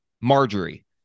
Marjorie